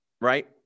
right